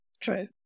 True